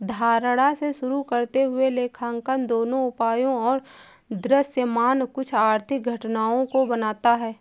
धारणा से शुरू करते हुए लेखांकन दोनों उपायों और दृश्यमान कुछ आर्थिक घटनाओं को बनाता है